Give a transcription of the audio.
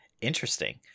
Interesting